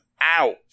out